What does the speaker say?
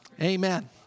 Amen